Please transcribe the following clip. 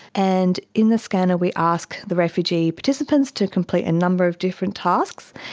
and in the scanner we ask the refugee participants to complete a number of different tasks,